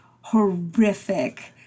horrific